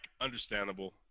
understandable